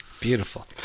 Beautiful